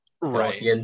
Right